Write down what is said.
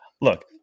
look